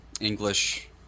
English